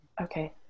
Okay